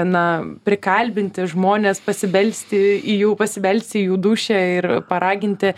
na prikalbinti žmones pasibelsti į jau pasibelsti į jų dušią ir paraginti